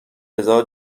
هزار